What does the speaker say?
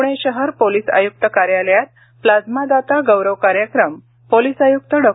पुणे शहर पोलीस आयुक्त कार्यालयात प्लाझ्मादाता गौरव कार्यक्रम पोलीस आयुक्त डॉ